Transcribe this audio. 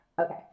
Okay